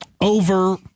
over